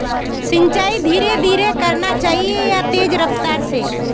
सिंचाई धीरे धीरे करना चही या तेज रफ्तार से?